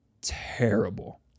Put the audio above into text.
terrible